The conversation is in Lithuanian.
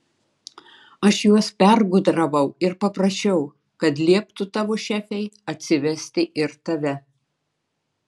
aš juos pergudravau ir paprašiau kad lieptų tavo šefei atsivesti ir tave